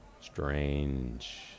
Strange